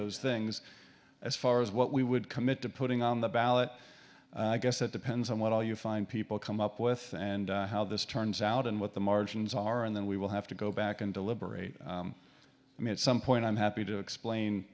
those things as far as what we would commit to putting on the ballot i guess it depends on what all you find people come up with and how this turns out and what the margins are and then we will have to go back and deliberate i mean at some point i'm happy to explain